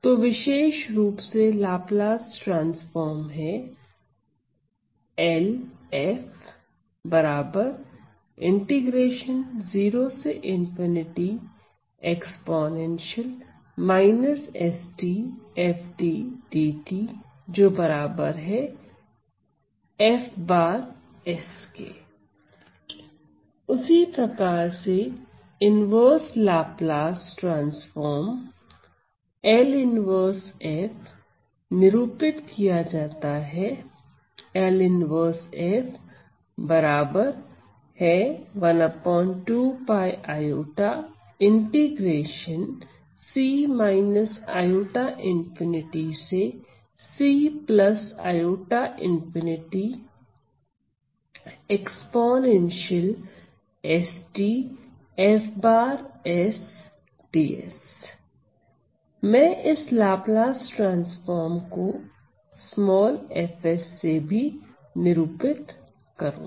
तो विशेष रूप से लाप्लास ट्रांसफार्म है उसी प्रकार से inverse Laplace transform L 1f निरूपित किया जाता है मैं इस लाप्लास ट्रांसफार्म को f से भी निरूपित करूंगा